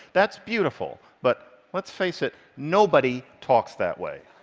that's beautiful, but let's face it, nobody talks that way.